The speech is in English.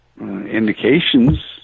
indications